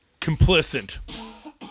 complicit